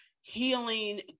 healing